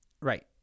right